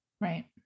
Right